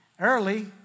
early